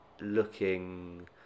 looking